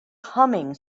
humming